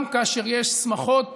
גם כאשר יש שמחות